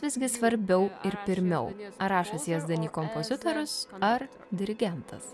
visgi svarbiau ir pirmiau arašas jazdani kompozitorius ar dirigentas